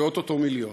זה או-טו-טו מיליון,